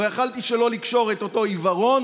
לא יכולתי שלא לקשור את אותו עיוורון